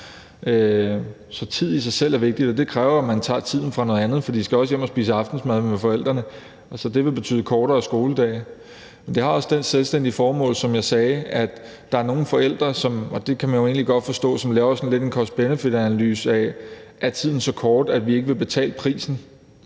Så tid i sig selv er vigtigt, og det kræver, at man tager tiden fra noget andet, for de skal også hjem og spise aftensmad med forældrene. Så det vil betyde kortere skoledage, men det har også et andet selvstændigt formål, for som jeg sagde, er der nogle forældre – og det kan man jo egentlig godt forstå – som laver sådan lidt en cost-benefit-analyse af det, fordi tiden kan være så kort, at de ikke vil betale prisen.